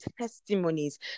testimonies